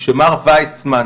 כשמר ויצמן,